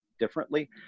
differently